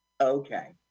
Okay